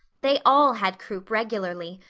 they all had croup regularly.